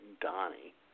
Donnie